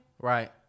Right